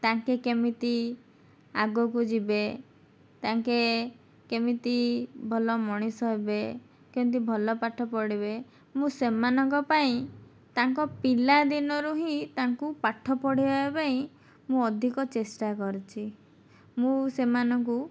ତାଙ୍କେ କେମିତି ଆଗକୁ ଯିବେ ତାଙ୍କେ କେମିତି ଭଲ ମଣିଷ ହେବେ କେମିତି ଭଲ ପାଠ ପଢ଼ିବେ ମୁଁ ସେମାନଙ୍କ ପାଇଁ ତାଙ୍କ ପିଲାଦିନରୁ ହିଁ ତାଙ୍କୁ ପାଠ ପଢ଼ାଇବାପାଇଁ ମୁଁ ଅଧିକ ଚେଷ୍ଟା କରିଛି ମୁଁ ସେମାନଙ୍କୁ